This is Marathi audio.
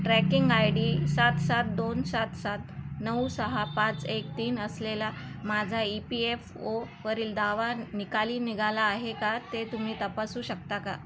ट्रॅकिंग आय डी सात सात दोन सात सात नऊ सहा पाच एक तीन असलेला माझा ई पी एफ ओवरील दावा निकाली निघाला आहे का ते तुम्ही तपासू शकता का